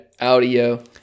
audio